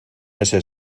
este